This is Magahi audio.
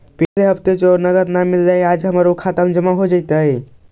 पिछले हफ्ते जो नकद हमारा न मिललइ वो आज हमर खता में जमा हो जतई